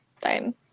time